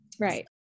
Right